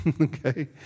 okay